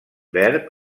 verb